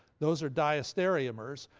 those are diastereomers.